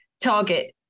target